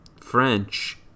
French